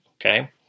Okay